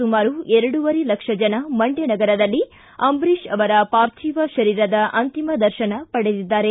ಸುಮಾರು ಎರಡೂವರೆ ಲಕ್ಷ ಜನ ಮಂಡ್ಕ ನಗರದಲ್ಲಿ ಅಂಬರೀಷ್ ಅವರ ಪಾರ್ಥಿವ ಶರೀರದ ಅಂತಿಮ ದರ್ಶನ ಪಡೆದಿದ್ದಾರೆ